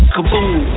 Kaboom